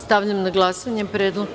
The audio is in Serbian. Stavljam na glasanje predlog.